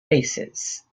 basis